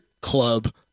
club